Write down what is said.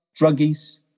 druggies